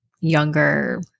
younger